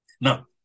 Now